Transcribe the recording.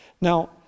now